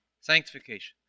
Sanctification